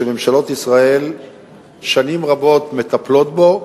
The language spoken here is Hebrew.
שממשלות ישראל שנים רבות מטפלות בו,